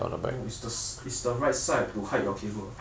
no it's the it's the right side to hide your cable